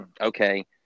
okay